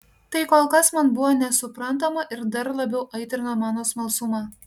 tai kol kas man buvo nesuprantama ir dar labiau aitrino mano smalsumą